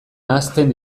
ahazten